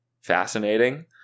fascinating